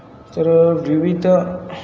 तर विविध